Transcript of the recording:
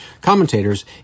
commentators